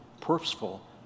purposeful